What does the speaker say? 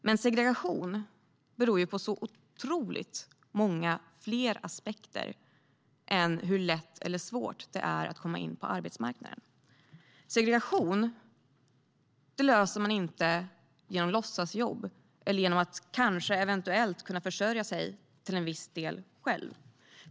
Men segregation handlar om många fler aspekter än hur lätt eller svårt det är att komma in på arbetsmarknaden. Segregation löser man inte genom låtsasjobb eller genom att människor eventuellt kan försörja sig själva till en viss del.